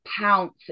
pounce